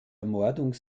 ermordung